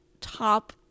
top